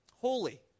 holy